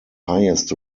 highest